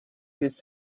his